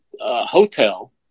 hotel